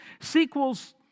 Sequels